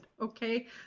okay